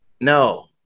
No